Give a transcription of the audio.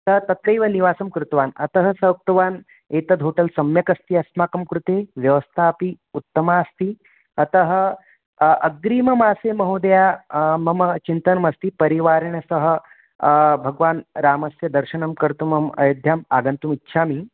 सः तत्रैव निवासं कृतवान् अतः सः उक्तवान् एतद् होटल् सम्यगस्ति अस्माकं कृते व्यवस्थापि उत्तमा अस्ति अतः अग्रिममासे महोदये मम चिन्तनमस्ति परिवारेण सह भगवान् रामस्य दर्शनं कर्तुम् अयोध्याम् आगन्तुमिच्छामि